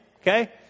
Okay